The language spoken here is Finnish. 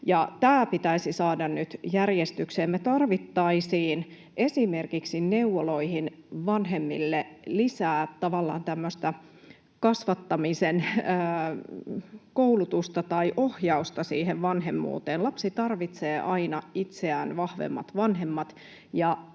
Tämä pitäisi saada nyt järjestykseen. Me tarvitsisimme esimerkiksi neuvoloihin vanhemmille lisää tavallaan tämmöistä kasvattamisen koulutusta tai ohjausta siihen vanhemmuuteen. Lapsi tarvitsee aina itseään vahvemmat vanhemmat,